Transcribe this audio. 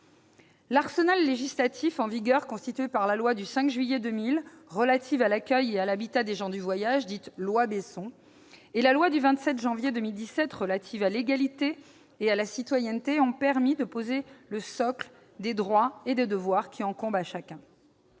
L'arsenal législatif en vigueur, constitué par la loi du 5 juillet 2000 relative à l'accueil et à l'habitat des gens du voyage, dite loi Besson, et par la loi du 27 janvier 2017 relative à l'égalité et à la citoyenneté, a permis de poser le socle des droits et des devoirs qui incombent à chacun.